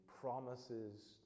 promises